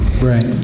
Right